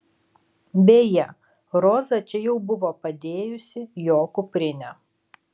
beje roza čia jau buvo padėjusi jo kuprinę